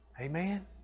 Amen